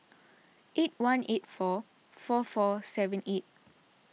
eight one eight four four four seven eight